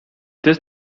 this